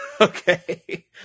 okay